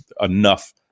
enough